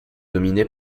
dominée